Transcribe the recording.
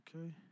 okay